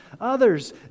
others